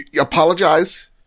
apologize